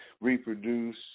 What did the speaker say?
reproduce